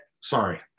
Sorry